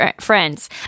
Friends